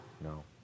No